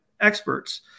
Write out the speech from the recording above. experts